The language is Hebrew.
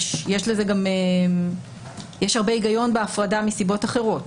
יש הרבה היגיון בהפרדה מסיבות אחרות,